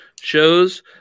shows